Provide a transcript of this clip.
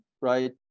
right